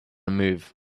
move